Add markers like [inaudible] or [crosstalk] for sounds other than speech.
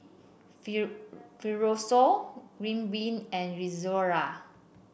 [unintelligible] Fibrosol Ridwind and Rzerra